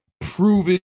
proven